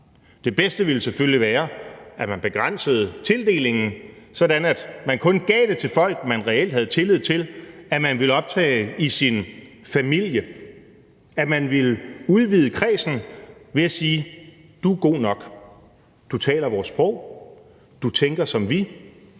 Det bedste ville selvfølgelig være, at man begrænsede tildelingen, sådan at man kun gav det til folk, man reelt havde tillid til at ville optage i sin familie; at man ville udvide kredsen ved at sige, at du er god nok; du taler vores sprog; du tænker som vi;